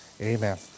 Amen